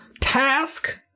task